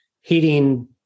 heating